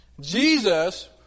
Jesus